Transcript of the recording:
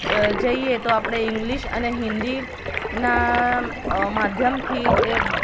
જઈએ તો આપણે ઇંગલિશ અને હિન્દીનાં માધ્યમથી તે